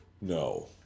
no